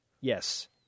Yes